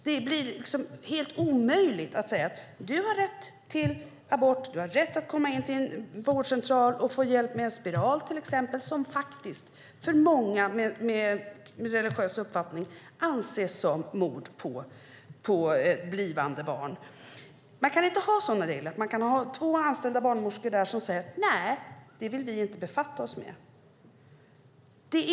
Det blir omöjligt att säga att alla har rätt till abort och rätt att få hjälp med en spiral på en vårdcentral - spiral som av många med religiös uppfattning anses som mord på blivande barn - om man har sådana regler som gör att två anställda barnmorskor kan säga att de inte vill befatta sig med detta.